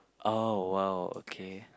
oh !wow! okay